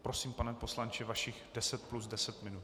Prosím, pane poslanče, vašich deset plus deset minut.